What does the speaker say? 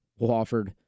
Wofford